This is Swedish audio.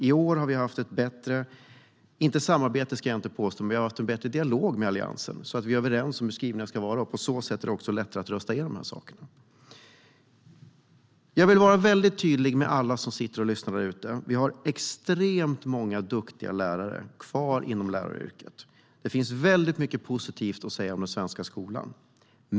I år har vi haft en bättre dialog med Alliansen och kommit överens om hur skrivningen ska vara. Därför är det lättare att rösta igenom det. Låt mig vara mycket tydlig till alla som lyssnar. Vi har extremt många duktiga lärare kvar inom läraryrket. Det finns mycket positivt att säga om den svenska skolan.